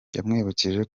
yamwibukije